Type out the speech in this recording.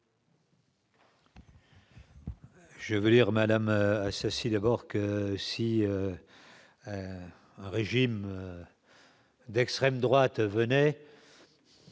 Je veux dire, madame assassiné bord que si un régime d'extrême droite venait,